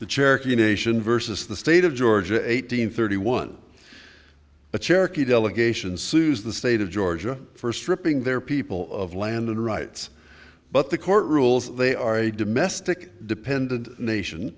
the cherokee nation versus the state of georgia eighteen thirty one the cherokee delegation sues the state of georgia first ripping their people of land rights but the court rules they are a domestic dependent nation